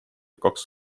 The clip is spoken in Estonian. kaks